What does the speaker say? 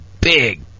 big